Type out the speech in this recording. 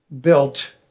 built